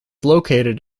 located